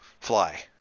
fly